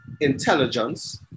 intelligence